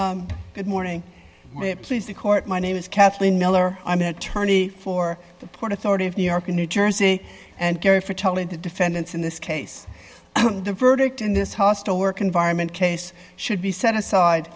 authority good morning please the court my name is kathleen miller i'm an attorney for the port authority of new york in new jersey and kerry for telling the defendants in this case the verdict in this hostile work environment case should be set aside